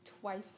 twice